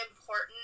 important